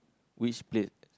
which place